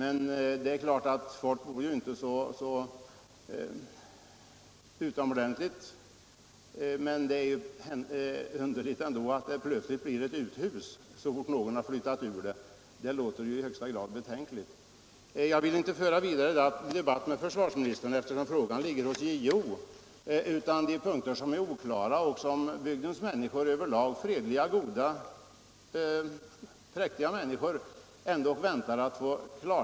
Huset var väl inte så utomordentligt, men det är ändå underligt att det plötsligt blir uthus så fort någon har flyttat ur det. Det låter i högsta grad betänkligt. Jag vill inte föra någon mera ingående debatt med försvarsministern, eftersom frågan ligger hos JO. Kvar står ändå några oklara punkter, där bygdens folk — över lag fredliga, goda, präktiga människor — väntar på ett besked.